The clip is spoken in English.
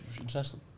interesting